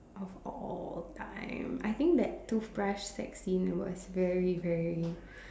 of all time I think that toothbrush vaccine was very very